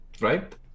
right